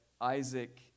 Isaac